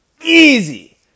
easy